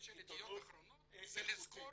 המנטליות של ידיעות אחרונות זה לסגור